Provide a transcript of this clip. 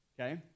Okay